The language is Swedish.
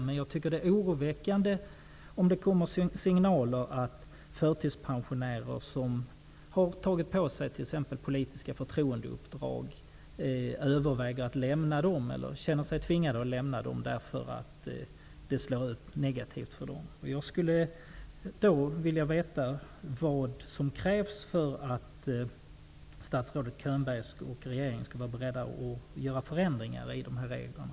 Men det är oroväckande med de signaler som kommer om att förtidspensionärer som t.ex. har tagit på sig politiska förtroendeuppdrag överväger, eller känner sig tvingade, att lämna dessa därför att det slår negativt för dem. Jag skulle vilja veta vad som krävs för att statsrådet Könberg och regeringen skall vara beredda att göra förändringar avseende de här reglerna.